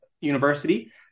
University